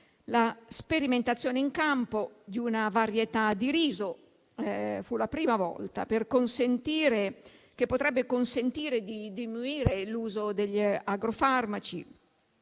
la sperimentazione in campo di una varietà di riso - è stata la prima volta - che potrebbe consentire di diminuire l'uso degli agrofarmaci;